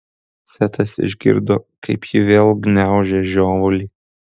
setas išgirdo kaip ji vėl gniaužia žiovulį